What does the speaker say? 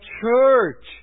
church